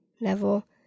level